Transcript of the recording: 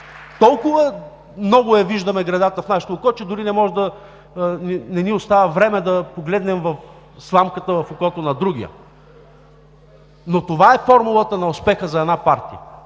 Толкова много я виждаме гредата в нашето око, че дори не ни остава време да погледнем сламката в окото на другия. Това е формулата на успеха за една партия.